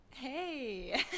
Hey